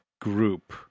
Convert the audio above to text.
group